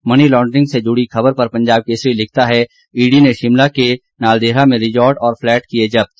money laundering से जुड़ी खबर पर पंजाब केसरी लिखता है ईडी ने शिमला के नालदेहरा में रिजॉर्ट और फ्लैट किए जब्त